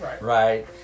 Right